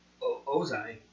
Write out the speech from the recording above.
Ozai